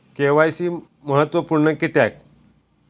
KYC महत्त्वपुर्ण किद्याक?